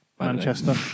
Manchester